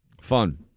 Fun